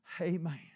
Amen